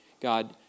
God